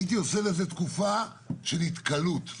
הייתי עושה לזה תקופה של התכלות.